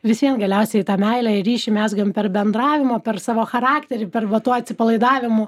vis vien galiausiai tą meilę ir ryšį mezgam per bendravimą per savo charakterį per va tų atsipalaidavimų